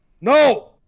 No